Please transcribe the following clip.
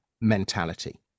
mentality